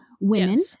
women